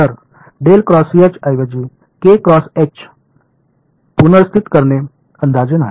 तर ऐवजी पुनर्स्थित करणे अंदाजे नाही